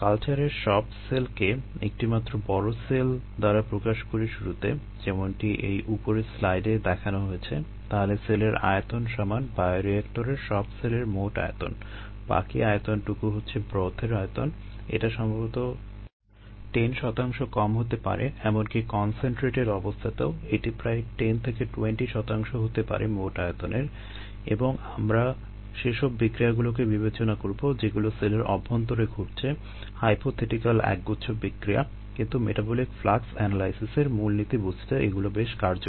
কালচারের সব সেলকে একটিমাত্র বড় সেল দ্বারা প্রকাশ করি শুরুতে যেমনটি এই উপরের স্লাইডে একগুচ্ছ বিক্রিয়া কিন্তু মেটাবলিক ফ্লাক্স এনালাইসিসের মূলনীতি বুঝতে এগুলো বেশ কার্যকর